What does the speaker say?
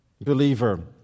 believer